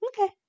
Okay